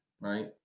right